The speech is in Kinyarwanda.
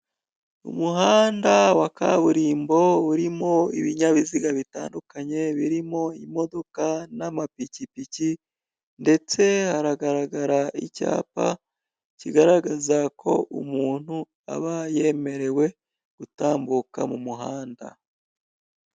Umuhanda wa kaburimbo urimo ibinyabiziga bitandukanye birimo imodoka n'amapikipiki ndetse haragaragara icyapa kigaragaza ko umuntu aba yemerewe gutambuka mu muhanda.